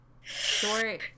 short